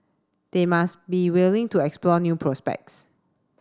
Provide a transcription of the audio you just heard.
they must be willing to explore new prospects